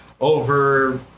Over